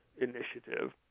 initiative